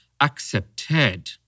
accepted